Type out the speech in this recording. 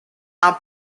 are